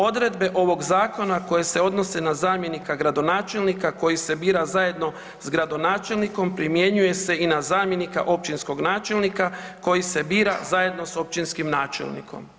Odredbe ovog zakona koje se odnose na zamjenika gradonačelnika koji se bira zajedno s gradonačelnikom primjenjuje se i na zamjenika općinskog načelnika koji se bira zajedno sa općinskim načelnikom.